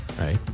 Right